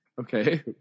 Okay